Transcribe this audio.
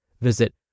Visit